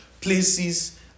places